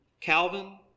Calvin